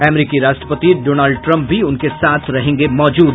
अमरीकी राष्ट्रपति Donald Trump भी उनके साथ रहेंगे मौजूद